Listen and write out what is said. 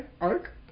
Arc